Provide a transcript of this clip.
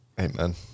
amen